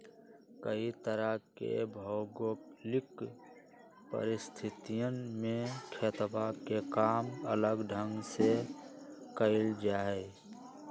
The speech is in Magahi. कई तरह के भौगोलिक परिस्थितियन में खेतवा के काम अलग ढंग से कइल जाहई